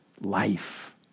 life